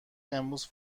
امروز